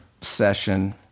session